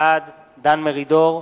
בעד דן מרידור,